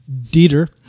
Dieter